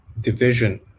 division